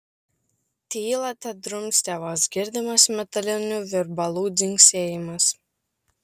tylą tedrumstė vos girdimas metalinių virbalų dzingsėjimas